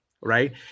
Right